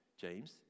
James